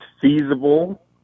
feasible